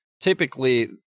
typically